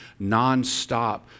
nonstop